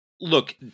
look